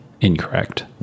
incorrect